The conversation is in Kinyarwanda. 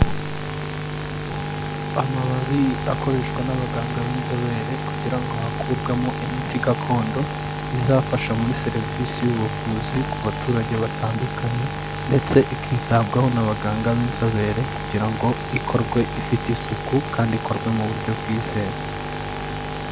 Amababi akoreshwa n'abaganga b'inzobere, kugira ngo hakurwemo imiti gakondo, izafasha muri serivisi y'ubuvuzi ku baturage batandukanye, ndetse ikitabwaho n'abaganga b'inzobere, kugira ngo ikorwe ifite isuku, kandi ikorwe mu buryo bwizewe.